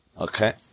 Okay